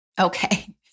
Okay